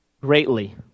greatly